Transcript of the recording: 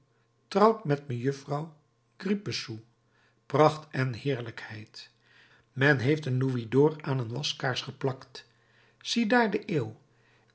trouwt met mejuffrouw grippesou pracht en heerlijkheid men heeft een louisd'or aan een waskaars geplakt ziedaar de eeuw